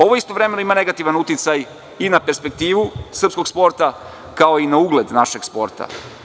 Ovo istovremeno ima negativna uticaj i na perspektivu srpskog sporta kao i na ugled našeg sporta.